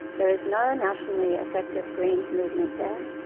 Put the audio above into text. there is no nationally effective green movement there.